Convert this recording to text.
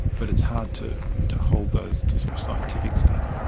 but it's hard to to hold those to sort of scientific study.